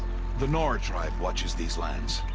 the nora tribe watches these lands.